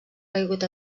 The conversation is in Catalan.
caigut